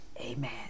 Amen